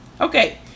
okay